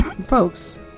folks